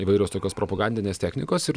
įvairios tokios propagandinės technikos ir